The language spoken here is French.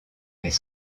mais